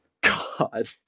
God